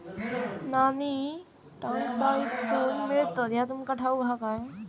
नाणी टांकसाळीतसून मिळतत ह्या तुमका ठाऊक हा काय